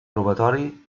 robatori